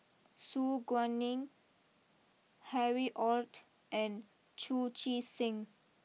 Su Guaning Harry Ord and Chu Chee Seng